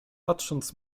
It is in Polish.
patrząc